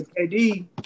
KD